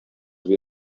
бирә